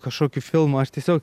kažkokiu filmu aš tiesiog